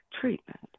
treatment